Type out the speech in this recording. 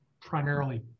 primarily